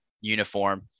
uniform